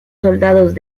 soldados